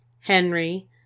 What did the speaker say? Henry